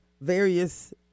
various